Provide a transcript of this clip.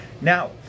Now